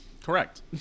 Correct